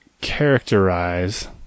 characterize